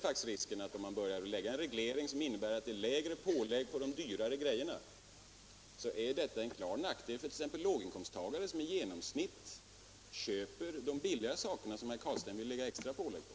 Dess utom blir en reglering som innebär lägre pålägg på de dyrare grejorna till klar nackdel för exempelvis låginkomsttagare som i genomsnitt köper de billiga sakerna — som herr Carlstein vill göra extra pålägg på.